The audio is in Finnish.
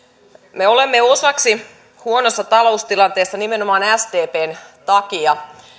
me olemme osaksi huonossa taloustilanteessa nimenomaan sdpn takia